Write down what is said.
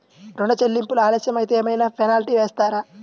ఋణ చెల్లింపులు ఆలస్యం అయితే ఏమైన పెనాల్టీ వేస్తారా?